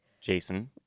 Jason